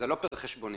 זה לא פר חשבונית.